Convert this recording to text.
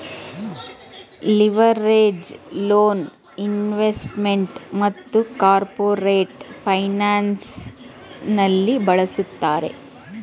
leveraged loan investment ಮತ್ತು corporate financial ನಲ್ಲಿ ಬಳಸುತ್ತಾರೆ